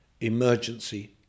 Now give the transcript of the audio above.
emergency